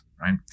Right